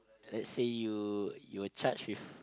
let's say you you're charged with